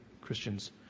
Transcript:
Christians